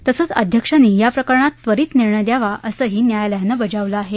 तसंच अध्यक्षांनी या प्रकरणात त्वरीत निर्णय द्यावा असंही न्यायालयानं बजावलं आहे